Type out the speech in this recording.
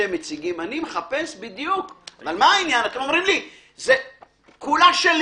אני מחפש דרך אבל אתם אומרים כולה שלי